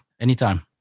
Anytime